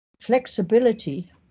flexibility